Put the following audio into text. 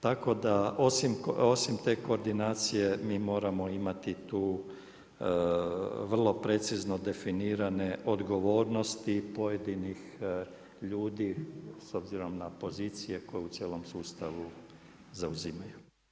Tako da osim te koordinacije mi moramo imati tu vrlo precizno definirane odgovornosti pojedinih ljudi s obzirom na pozicije koje u cijelom sustavu zauzimaju.